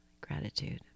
gratitude